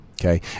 Okay